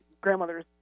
grandmother's